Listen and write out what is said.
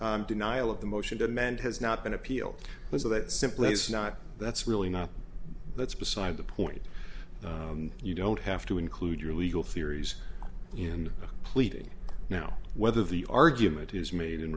denial of the motion demand has not been appealed so that simply is not that's really not that's beside the point you don't have to include your legal theories in pleading now whether the argument is made in